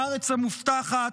בארץ המובטחת.